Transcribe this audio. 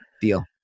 deal